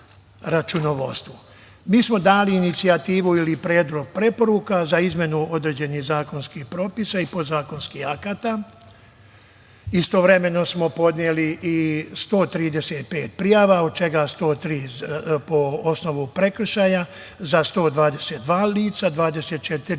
smo dali inicijativu ili predlog preporuka za izmenu određenih zakonskih propisa i podzakonskih akata. Istovremeno smo podneli i 135 prijava, od čega 103 po osnovu prekršaja za 122 lica, 24 za